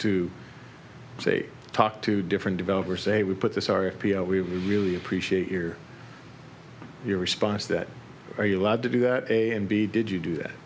to say talk to different developer say we put this r e p l we really appreciate here your response that are you allowed to do that a and b did you do that